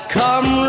come